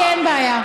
לי אין בעיה.